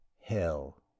Hell